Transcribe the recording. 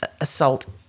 assault